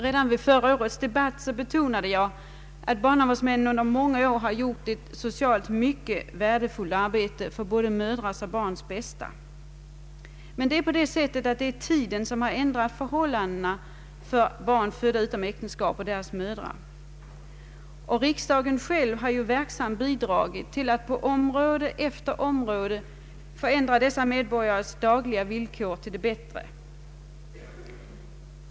Redan vid förra årets debatt betonade jag att barnavårdsmännen under många år har gjort ett socialt värdefullt arbete för både mödrars och barns bästa. Men tiden har ändrat förhållandena för barn födda utom äktenskap och deras mödrar. Riksdagen har verksamt bidragit till att på område efter område förändra dessa medborgares dagliga villkor till det Ang. barnavårdsmannainstitutionen bättre.